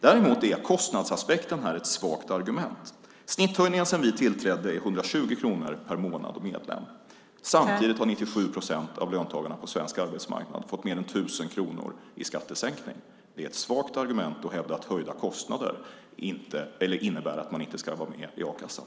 Däremot är kostnadsaspekten ett svagt argument. Snitthöjningen sedan vi tillträdde är 120 kronor per månad och medlem. Samtidigt har 97 procent av löntagarna på svensk arbetsmarknad fått mer än 1 000 kronor i skattesänkning. Det är ett svagt argument att hävda att höjda kostnader innebär att man inte ska vara med i a-kassan.